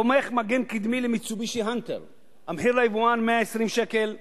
תומך מגן קדמי ל"מיצובישי האנטר" המחיר ליבואן 120 שקלים,